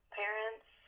parents